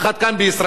בישראל.